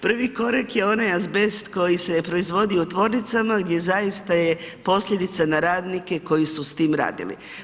Prvi korak je onaj azbest koji se proizvodi u tvornicama gdje zaista je posljedica na radnike koji su s tim radili.